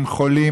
עם חולים.